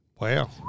Wow